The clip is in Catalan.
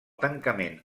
tancament